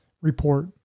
report